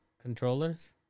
controllers